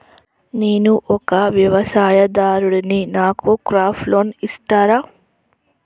నేను ఒక వ్యవసాయదారుడిని నాకు క్రాప్ లోన్ ఇస్తారా?